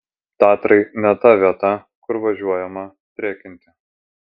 tatrai ne ta vieta kur važiuojama trekinti